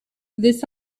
this